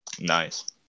nice